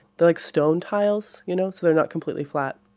they're like stone tiles, you know, so they're not completely flat.